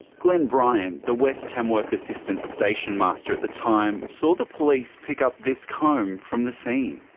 glenn bryant, the west tamworth assistant station master at the time, saw the police pick up this comb from the scene.